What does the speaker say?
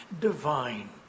divine